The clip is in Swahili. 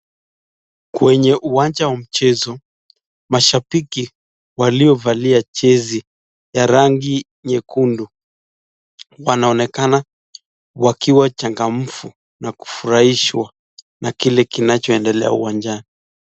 Kwenye uwanja wa nchezo, mashabiki waliovalia jezi ya rangi nyekundu wanaonekana wakiwa changamfu na kufurahishwa na kile kinachoendelea uwanjani.